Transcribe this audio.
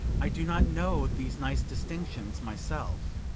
i do not know these nice distinctions myself.